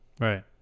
Right